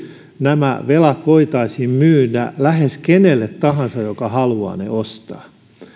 nämä velat voitaisiin myydä lähes kenelle tahansa joka haluaa ne ostaa